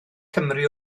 cymru